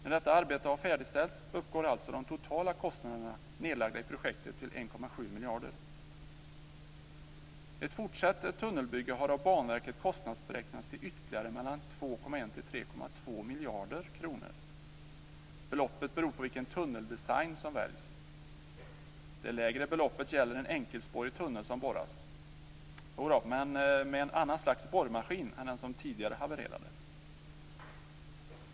När detta arbete har färdigställts uppgår alltså de totala kostnaderna nedlagda i projektet till 1,7 miljarder. Ett fortsatt tunnelbygge har av Banverket kostnadsberäknats till ytterligare mellan 2,1 och 3,2 miljarder kronor. Beloppet beror på vilken tunneldesign som väljs. Det lägre beloppet gäller en enkelspårig tunnel som borras - jodå, men med en annan slags borrmaskin än den som tidigare havererade.